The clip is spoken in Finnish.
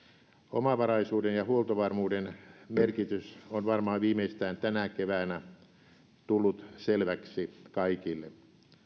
omavaraisuuden ja huoltovarmuuden merkitys on varmaan viimeistään tänä keväänä tullut selväksi kaikille